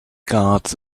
guards